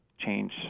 change